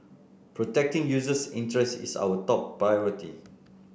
protecting users interests is our top priority